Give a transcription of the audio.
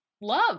love